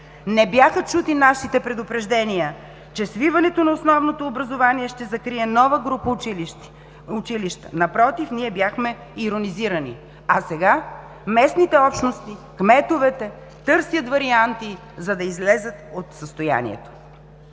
Не бяха чути нашите предупреждения, че свиването на основното образование ще закрие нова група училища. Напротив, ние бяхме иронизирани. А сега местните общности, кметовете търсят варианти, за да излязат от състоянието.